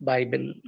Bible